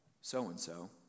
so-and-so